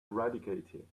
eradicated